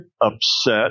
upset